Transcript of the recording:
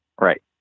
Right